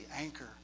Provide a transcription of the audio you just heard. anchor